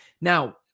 Now